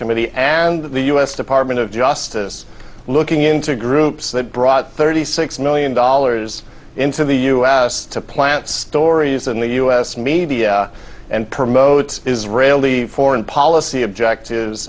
committee and the u s department of justice looking into groups that brought thirty six million dollars into the u s to plant stories in the u s media and promote israeli foreign policy objectives